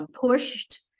pushed